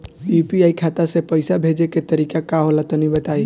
UPI खाता से पइसा भेजे के तरीका का होला तनि बताईं?